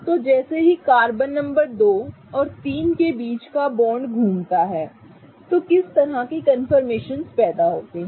तो जैसे ही कार्बन नंबर 2 और 3 के बीच का बॉन्ड घूमता है तो किस तरह के कन्फर्मेशनस पैदा होते हैं